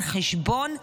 על חשבון מה?